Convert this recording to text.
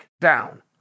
down